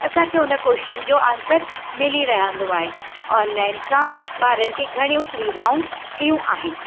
असांखे हुन कोश्चन जो आंसर मिली रहंदो आहे ऑनलाइन सां ॿारनि खे घणियूं सुविधाऊं थियूं आहिनि